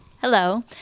Hello